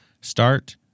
Start